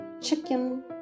chicken